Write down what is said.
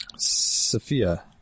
Sophia